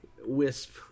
wisp